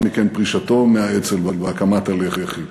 ולאחר מכן פרישתו מהאצ"ל והקמת הלח"י,